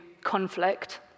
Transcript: conflict